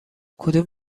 کدوم